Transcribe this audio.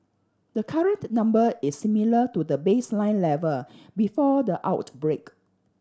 the current number is similar to the baseline level before the outbreak